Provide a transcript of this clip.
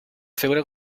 figura